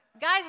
Guys